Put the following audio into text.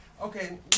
Okay